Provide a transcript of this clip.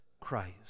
Christ